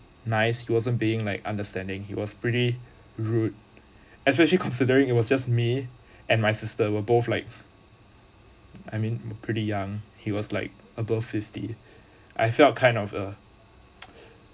nice he wasn't being like understanding he was pretty rude especially considering it was just me and my sister we're both like I mean we're pretty young he was like above fifty I felt kind of a